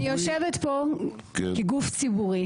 אני יושבת פה כגוף ציבורי